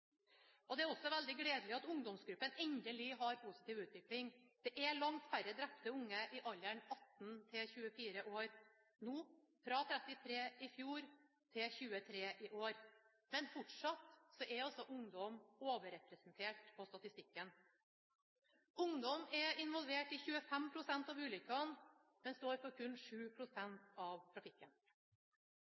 Det er også veldig gledelig at ungdomsgruppen endelig har en positiv utvikling. Det er langt færre drepte unge i alderen 18–24 år nå, fra 33 i fjor til 23 i år. Men fortsatt er ungdom overrepresentert på statistikken. Ungdom er involvert i 25 pst. av ulykkene, men står for kun 7 pst. av trafikken.